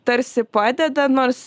tarsi padeda nors